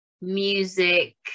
music